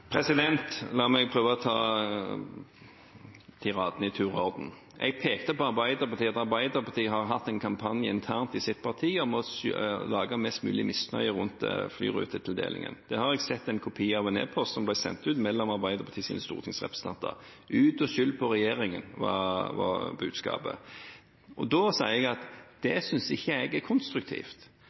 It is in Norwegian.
La meg prøve å ta tiradene i tur og orden. Jeg pekte på at Arbeiderpartiet har hatt en kampanje internt i sitt parti for å lage mest mulig misnøye rundt flyrutetildelingen. Jeg har sett kopi av en e-post som ble sendt ut, mellom Arbeiderpartiets stortingsrepresentanter. Ut og skyld på regjeringen, var budskapet. Og da sier jeg at jeg synes ikke det er konstruktivt.